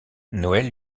noel